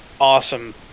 awesome